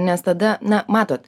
nes tada na matot